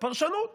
פרשנות.